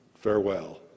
farewell